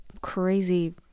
crazy